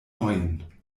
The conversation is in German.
neuen